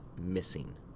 missing